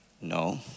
No